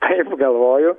taip galvoju